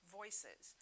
voices